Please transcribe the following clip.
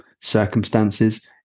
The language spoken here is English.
circumstances